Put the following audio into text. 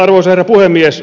arvoisa herra puhemies